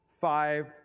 five